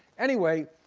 anyway,